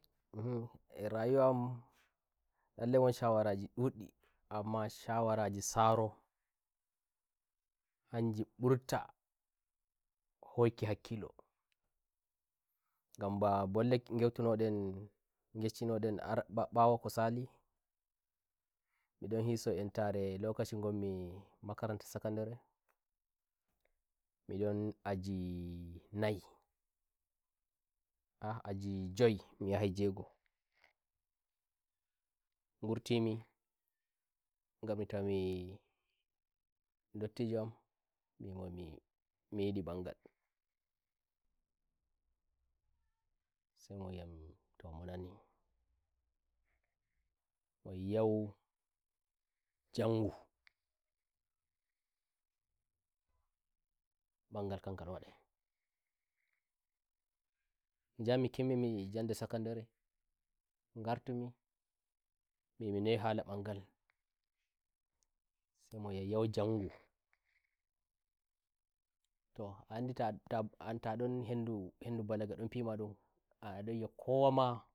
umme rayuwa amlallai won shawaraji nduddiamma shawaraji sarohanji mburtahoiki hakkilongan ba bolle ngeutu no ndogenshshi no ndon mbawo ko salimi ndon hiso entarelokaci ngomi makaranta secondarymi don aji nayi ah aji joyi mi yahai jego'ongurtimi ngarmi mbimomimi yidi mbangalsai moyi yam to mo nanioyi yau janga mbangal kam ngal wadainjami kimmin mi njande secondary amngartumi mbimi noye hala mbangalsai mo wiyam yau njangutoh a' andi "ta ta ta ta ndo" hendu balaga ndon fima mdo a ndon yi'a